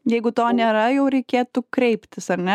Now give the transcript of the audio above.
jeigu to nėra jau reikėtų kreiptis ar ne